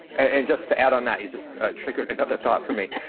and just to add on that, you just triggered another thought for me.